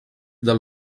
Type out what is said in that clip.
del